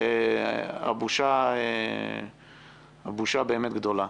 הבושה באמת גדולה.